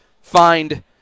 find